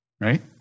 right